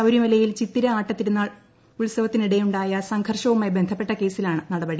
ശബരിമലയിൽ ചിത്തിര ആട്ടത്തിരുന്നാൾ ഉത്സവത്തിനിടെയുണ്ടായ സ്ര്ഘർഷവുമായി ബന്ധപ്പെട്ട കേസിലാണ് നടപടി